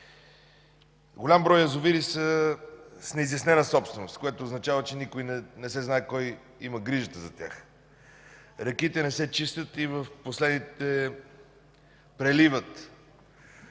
Голям брой язовири са с неизяснена собственост, което означава, че не се знае кой има грижата за тях. Реките не се чистят и те преливат.